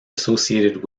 associated